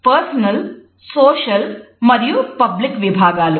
proxemics విభాగాలు